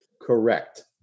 Correct